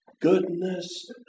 goodness